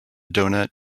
doughnut